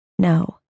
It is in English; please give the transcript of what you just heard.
No